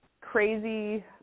crazy